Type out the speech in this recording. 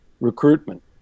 recruitment